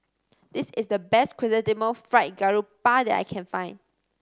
this is the best Chrysanthemum Fried Garoupa that I can find